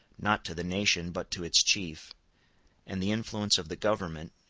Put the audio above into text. not to the nation, but to its chief and the influence of the government,